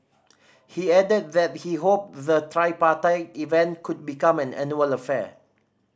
he added that he hoped the tripartite event could become an annual affair